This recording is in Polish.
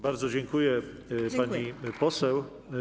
Bardzo dziękuję, pani poseł.